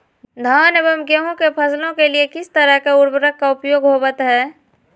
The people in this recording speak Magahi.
धान एवं गेहूं के फसलों के लिए किस किस तरह के उर्वरक का उपयोग होवत है?